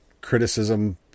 criticism